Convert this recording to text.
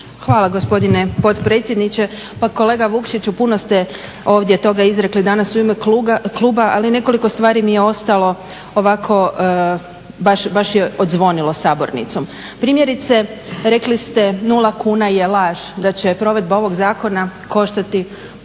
Hvala gospodine potpredsjedniče. Pa kolega Vukšić, u puno ste ovdje toga izrekli u ime kluba, ali nekoliko stvari mi je ostalo ovako, baš je odzvonilo sabornicom. Primjerice, rekli ste 0 kuna je laž, da će provedba ovog zakona koštati